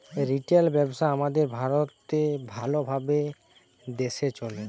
retail ব্যবসা আমাদের ভারতে ভাল ভাবে দ্যাশে চলে